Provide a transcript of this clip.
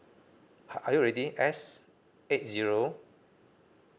are you already S eight zero